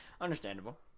Understandable